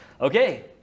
Okay